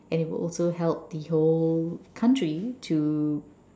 and it will also help the whole country to